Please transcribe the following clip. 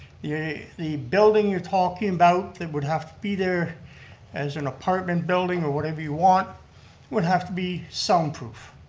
the the building you're talking about that would have to be there as an apartment building or whatever you want would have to be soundproof.